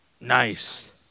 Nice